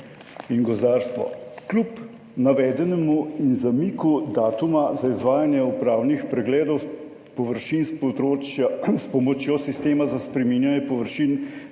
in gozdarstvo: "Kljub navedenemu in zamiku datuma za izvajanje upravnih pregledov površin s področja s pomočjo sistema za spreminjanje površin